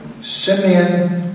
Simeon